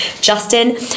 Justin